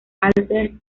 albert